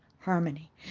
harmony